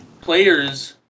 players